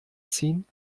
ziehen